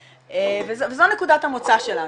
וזו נקודת המוצא שלנו.